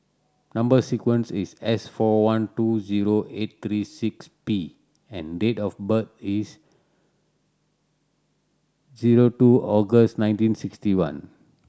number sequence is S four one two zero eight three six P and date of birth is zero two August nineteen sixty one